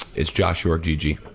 it's joshyorkgg.